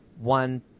one